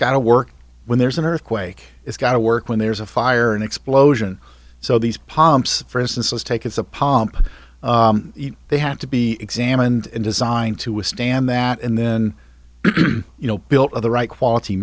got to work when there's an earthquake it's got to work when there's a fire and explosion so these pomps for instance was take it's a pomp they have to be examined and designed to withstand that and then you know built of the right quality